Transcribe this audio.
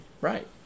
right